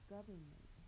government